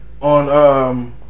on